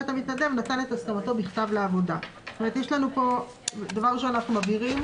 המתנדב נתן את הסכמתו בכתב לעבודה: זאת אומרת דבר ראשון אנחנומבהירים